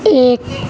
ایک